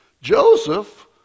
Joseph